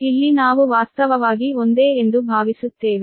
ಇಲ್ಲಿ ನಾವು ವಾಸ್ತವವಾಗಿ ಒಂದೇ ಎಂದು ಭಾವಿಸುತ್ತೇವೆ